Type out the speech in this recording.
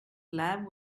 lab